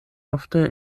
ofte